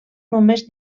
només